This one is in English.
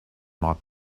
might